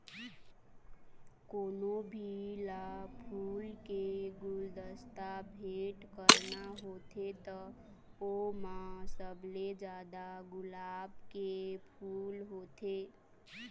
कोनो भी ल फूल के गुलदस्ता भेट करना होथे त ओमा सबले जादा गुलाब के फूल होथे